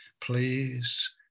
please